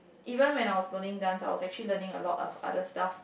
even when I was learning dance I was actually learning a lot of other stuff